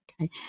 okay